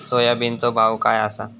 सोयाबीनचो भाव काय आसा?